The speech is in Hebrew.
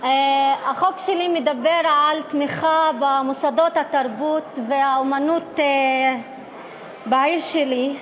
החוק שלי מדבר על תמיכה במוסדות התרבות והאמנות בעיר שלי,